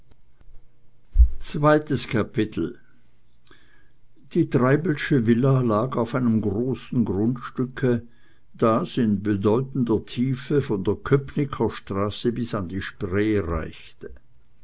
zweites kapitel die treibelsche villa lag auf einem großen grundstücke das in bedeutender tiefe von der köpnicker straße bis an die spree reichte